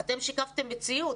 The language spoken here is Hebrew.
אתם שיקפתם מציאות,